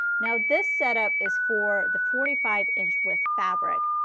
now this set up is for the forty five inch with fabric,